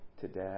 today